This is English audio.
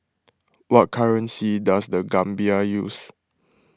what currency does the Gambia use